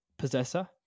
possessor